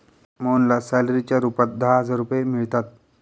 मोहनला सॅलरीच्या रूपात दहा हजार रुपये मिळतात